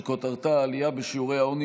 שכותרתה: עלייה בשיעורי העוני